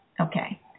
Okay